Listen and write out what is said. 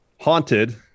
haunted